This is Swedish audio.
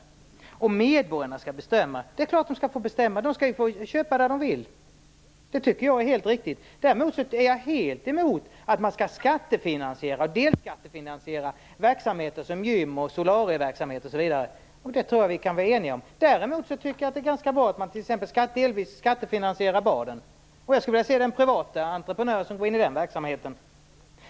Ola Karlsson talar om att medborgarna skall få bestämma. Det är klart att de skall få bestämma. De skall få köpa där de vill. Det tycker jag är helt riktigt. Jag är helt emot att man skall skattefinansiera och delskattefinansiera verksamheter som gym, solarier osv. och det tror jag att vi kan vara eniga om. Däremot tycker jag att det är ganska bra att man t.ex. delvis skattefinansierar baden, och jag skulle vilja se den privata entreprenör som går in i den verksamheten.